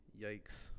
yikes